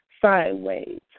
Sideways